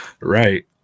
Right